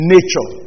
Nature